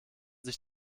sich